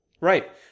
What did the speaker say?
Right